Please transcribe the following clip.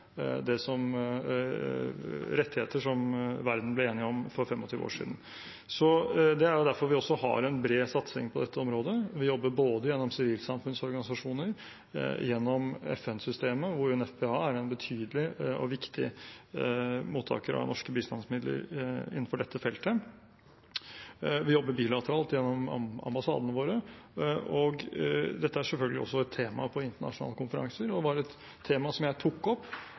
rettigheter som verden ble enige om for 25 år siden. Det er derfor vi også har en bred satsing på dette området. Vi jobber både gjennom sivilsamfunnsorganisasjoner og gjennom FN-systemet, hvor UNFPA er en betydelig og viktig mottaker av norske bistandsmidler innenfor dette feltet. Vi jobber bilateralt gjennom ambassadene våre, og dette er selvfølgelig også et tema på internasjonale konferanser. Det var et tema jeg tok opp